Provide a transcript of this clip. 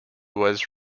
was